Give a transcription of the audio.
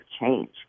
change